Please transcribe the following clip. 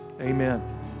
Amen